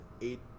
eight